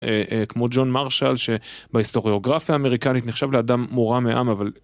כמו ג'ון מרשל שבהיסטוריוגרפיה האמריקנית נחשב לאדם מורה מעם אבל.